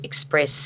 express